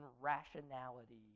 rationality